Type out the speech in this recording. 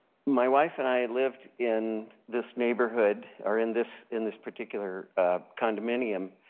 my wife and i lived in this neighborhood, or in this in this particular condominium,